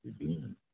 again